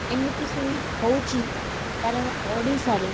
ଏମିତି ହେଉଛି କାରଣ ଓଡ଼ିଶାରେ